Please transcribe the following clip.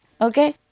Okay